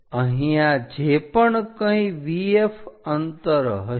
અહીંયા જે પણ કંઈ VF અંતર હશે